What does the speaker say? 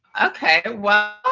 okay. well,